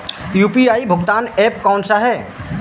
UPI भुगतान app कौन सा है?